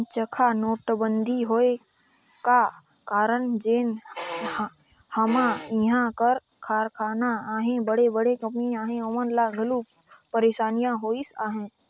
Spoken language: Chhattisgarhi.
अनचकहा नोटबंदी होए का कारन जेन हमा इहां कर कारखाना अहें बड़े बड़े कंपनी अहें ओमन ल घलो पइरसानी होइस अहे